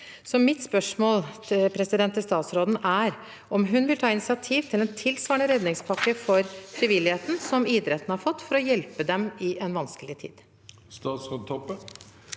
Mitt spørsmål til statsråden er om hun vil ta initiativ til en tilsvarende redningspakke for frivilligheten som den idretten har fått, for å hjelpe dem i en vanskelig tid.